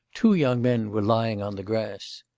two young men were lying on the grass.